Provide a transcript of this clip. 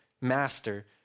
master